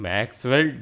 Maxwell